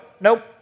nope